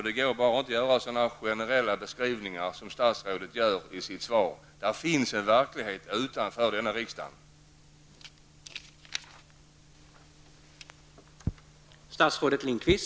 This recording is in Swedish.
Det går inte att bara göra generella beskrivningar så som statsrådet gör i sitt svar. Det finns en verklighet utanför detta riksdagshus!